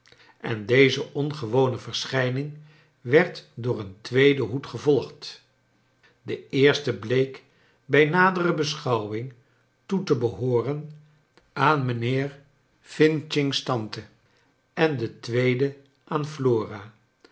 en deze ongewone verschijning werd door een tweeden hoed gevolgd de eerste bleek bij nadere beschouwing toe te behooren aan mijnheer f's tante en de tweede aan